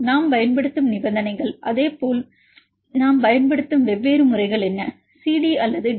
நாம் பயன்படுத்தும் நிபந்தனைகள் அதே போல் முறை நாம் பயன்படுத்தும் வெவ்வேறு முறைகள் என்ன CD அல்லது டி